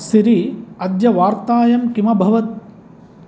सिरि अद्य वार्तायां किमभवत्